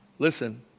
Listen